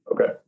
Okay